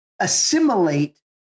assimilate